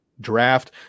draft